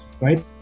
right